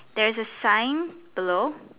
there's a sign below